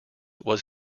was